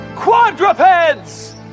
quadrupeds